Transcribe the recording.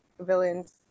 villains